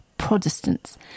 Protestants